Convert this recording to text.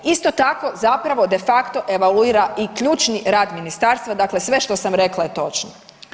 Isto tako, zapravo de facto evaluira i ključni rad Ministarstva, dakle sve što sam rekla je točno.